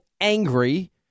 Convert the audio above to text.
angry